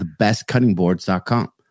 thebestcuttingboards.com